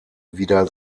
wieder